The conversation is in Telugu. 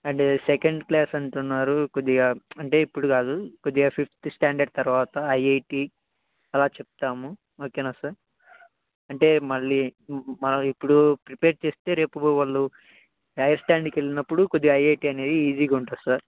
అండ్ సెకండ్ క్లాస్ అంటున్నారు కొద్దిగా అంటే ఇప్పుడు కాదు కొద్దిగా ఫిఫ్త్ స్టాండర్డ్ తర్వాత ఐఐటి అలా చెప్తాము ఓకేనా సార్ అంటే మళ్ళీ మ ఇప్పుడు ప్రిపేర్ చేస్తే రేపు వాళ్ళు హైయర్ స్టాండర్డ్కి వెళ్ళినప్పుడు కొద్దిగా ఐఐటీ అనేది ఈజీగా ఉంటుంది సార్